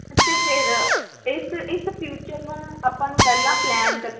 ਅਤੇ ਫਿਰ ਇਸ ਇਸ ਫਿਊਚਰ ਨੂੰ ਆਪਾਂ ਨੂੰ ਪਹਿਲਾਂ ਪਲੈਨ ਕਰਨਾ